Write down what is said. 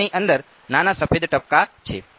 લાલની અંદર નાના સફેદ ટપકાં છે